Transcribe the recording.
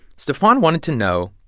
stephon wanted to know,